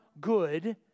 good